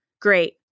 Great